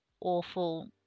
awful